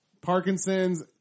Parkinson's